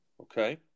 Okay